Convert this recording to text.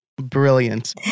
Brilliant